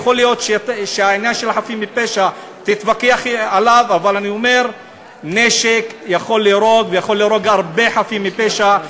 יכול להיות שתתווכח על העניין של החפים מפשע,